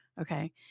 okay